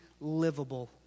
livable